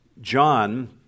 John